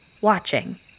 watching